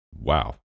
Wow